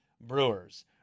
brewers